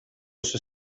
oso